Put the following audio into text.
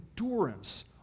endurance